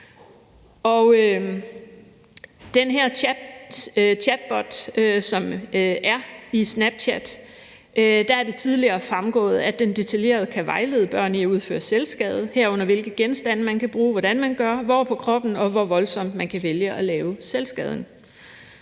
den her chatbot, som er i Snapchat, tidligere fremgået, at den detaljeret kan vejlede børn i at udføre selvskade, herunder hvilke genstande man kan bruge, hvordan man gør det, hvor på kroppen, og hvor voldsomt man kan vælge at lave selvskaden.